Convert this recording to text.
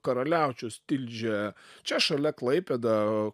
karaliaučius tilžė čia šalia klaipėda